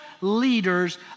leaders